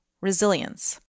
resilience